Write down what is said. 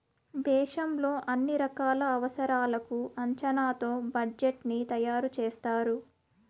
దేశంలో అన్ని రకాల అవసరాలకు అంచనాతో బడ్జెట్ ని తయారు చేస్తారు